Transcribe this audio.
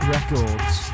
Records